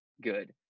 good